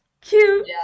cute